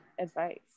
advice